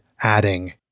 adding